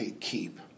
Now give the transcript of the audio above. keep